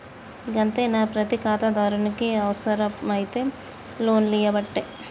గంతేనా, ప్రతి ఖాతాదారునికి అవుసరమైతే లోన్లియ్యవట్టే